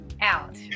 out